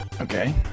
Okay